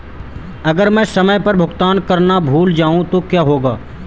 अगर मैं समय पर भुगतान करना भूल जाऊं तो क्या होगा?